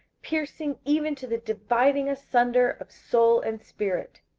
piercing even to the dividing asunder of soul and spirit,